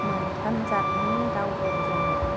मोनथाम जाथनि दाउ दं जोंनाव